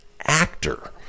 actor